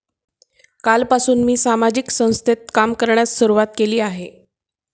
कालपासून मी सामाजिक संस्थेत काम करण्यास सुरुवात केली आहे